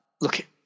look